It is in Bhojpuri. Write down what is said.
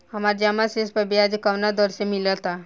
हमार जमा शेष पर ब्याज कवना दर से मिल ता?